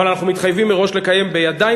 אבל אנחנו מתחייבים מראש לקיים בידיים